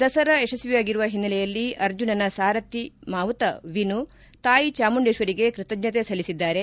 ದಸರಾ ಯಶಸ್ವಿಯಾಗಿರುವ ಹಿನ್ನೆಲೆಯಲ್ಲಿ ಅರ್ಜುನನ ಸಾರಧಿ ಮಾವುತ ವಿನು ತಾಯಿ ಚಾಮುಂಡೇಶ್ವರಿಗೆ ಕೃತಜ್ಞತೆ ಸಲ್ಲಿಸಿದ್ದಾರೆ